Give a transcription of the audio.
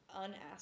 unasked